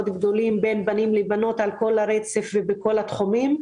גדולים בין בנים לבנות על כלה רצף ובכל התחומים.